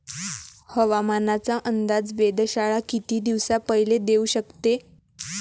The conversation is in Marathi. हवामानाचा अंदाज वेधशाळा किती दिवसा पयले देऊ शकते?